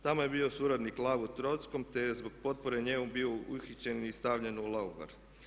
Tamo je bio suradnik Lavu Trockom, te je zbog potpore njemu bio uhićen i stavljen u logor.